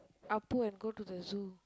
Appu and go to the zoo